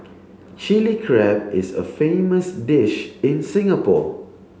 Chilli Crab is a famous dish in Singapore